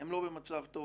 הם לא במצב טוב,